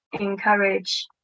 encourage